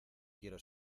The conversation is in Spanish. quiero